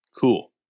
cool